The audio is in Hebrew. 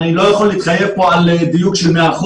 אני לא יכול להתחייב פה על דיוק של 100%,